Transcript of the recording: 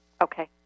Okay